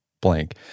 blank